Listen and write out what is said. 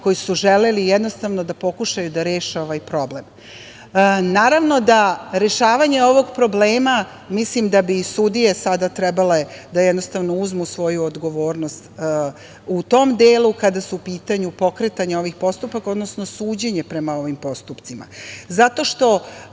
koji su želeli jednostavno da pokušaju da reše ovaj problem. Naravno da rešavanje ovog problema mislim da bi i sudije sada trebale da jednostavno uzmu svoju odgovornost u tom delu kada su u pitanju pokretanja ovih postupaka, odnosno suđenje prema ovim postupcima zato što